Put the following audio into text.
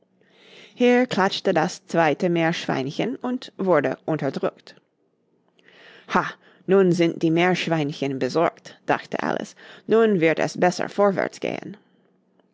hier klatschte das zweite meerschweinchen und wurde unterdrückt ha nun sind die meerschweinchen besorgt dachte alice nun wird es besser vorwärts gehen